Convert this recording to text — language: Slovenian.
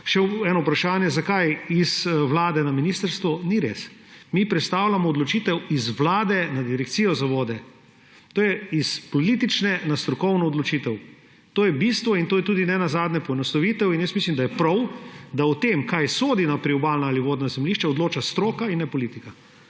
Še eno vprašanje je bilo, zakaj z vlade na ministrstvo. Ni res. Mi prestavljamo odločitev z Vlade na Direkcijo za vode. To je s politične na strokovno odločitev. To je bistvo. In to je nenazadnje tudi poenostavitev in mislim, da je prav, da o tem, kaj sodi na priobalna ali vodna zemljišča, odloča stroka, ne politika.